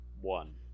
one